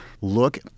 look